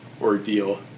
ordeal